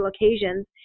occasions